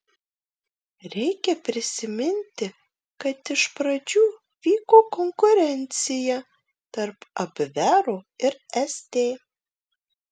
reikia prisiminti kad iš pradžių vyko konkurencija tarp abvero ir sd